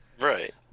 Right